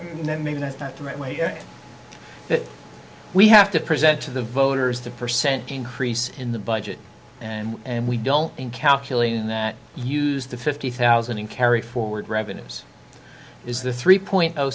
and then maybe that's not the right way that we have to present to the voters to percent increase in the budget and we don't in calculating that use the fifty thousand in carry forward revenues is the three point